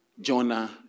Jonah